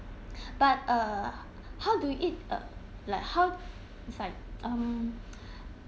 but uh how do it uh like how it's like um